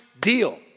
deal